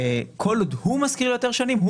כל עוד הוא משכיר יותר שנים,